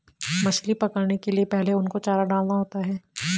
मछली पकड़ने के लिए पहले उनको चारा डालना होता है